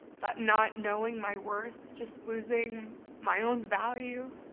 that not knowing my worth, just losing my own value.